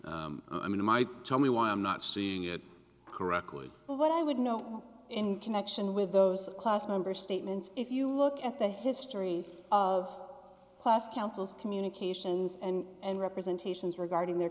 i mean might tell me why i'm not seeing it correctly what i would know in connection with those class member statements if you look at the history of class counsel's communications and representations regarding their